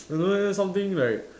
I don't know leh something like